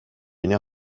yeni